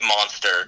monster